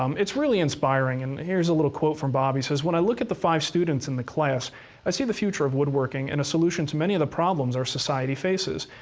um it's really inspiring. and here's a little quote from bob, he says, when i look at the five students in the class i see the future of woodworking and a solution to many of the problems our society faces.